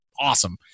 awesome